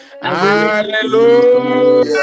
Hallelujah